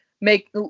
make